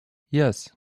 yes